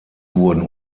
wurden